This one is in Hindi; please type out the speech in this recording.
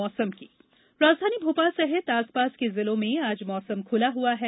मौसम राजधानी भोपाल सहित आसपास के जिलों में आज मौसम खुला हुआ है